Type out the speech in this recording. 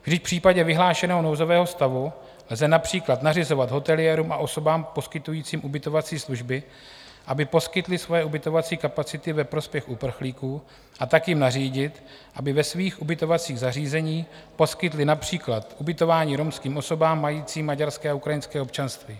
Vždyť v případě vyhlášeného nouzového stavu lze například nařizovat hoteliérům a osobám poskytujícím ubytovací služby, aby poskytli svoje ubytovací kapacity ve prospěch uprchlíků, a tak jim nařídit, aby ve svých ubytovacích zařízení poskytli například ubytování romským osobám majícím maďarské a ukrajinské občanství.